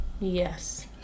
Yes